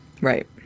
Right